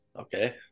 okay